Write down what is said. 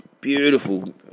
Beautiful